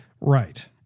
Right